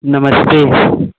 नमस्ते